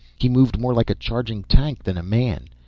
he moved more like a charging tank than a man.